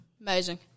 amazing